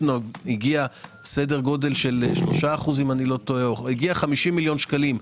הוא הגיע סדר גודל 50 מיליון שקלים,